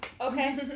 Okay